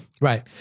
Right